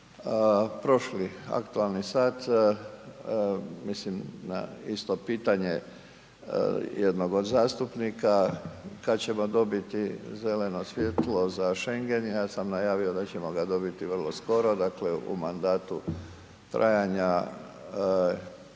prošli aktualni sat, mislim da na isto pitanje jednog od zastupnika kada ćemo dobiti zeleno svjetlo za Schengen, ja sam najavio da ćemo ga dobiti vrlo skoro, dakle u mandatu trajanja